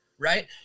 right